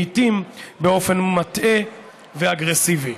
לעיתים באופן מטעה ואגרסיבי.